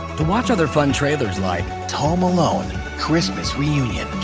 to watch other fun trailers like home alone christmas reunion